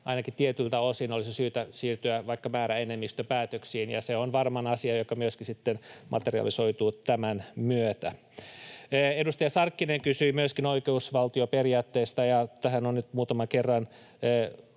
ainakin tietyltä osin, olisi syytä siirtyä vaikka määräenemmistöpäätöksiin, ja se on varmaan asia, joka myöskin sitten materialisoituu tämän myötä. Myöskin edustaja Sarkkinen kysyi oikeusvaltioperiaatteesta, ja tähän olen nyt muutaman kerran